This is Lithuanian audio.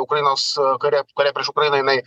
ukrainos kare kare prieš ukrainą jinai